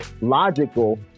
logical